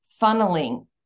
funneling